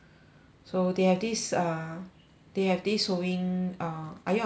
so they have this uh they have this sewing uh are you leave next week